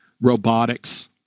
robotics